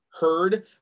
heard